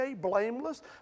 blameless